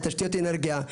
"תשתיות אנרגיה",